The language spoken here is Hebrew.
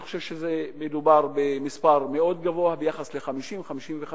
אני חושב שמדובר במספר מאוד גבוה ביחס ל-50 55